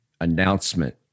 announcement